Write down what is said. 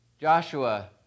Joshua